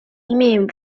имеем